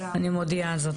אני מודיעה זאת.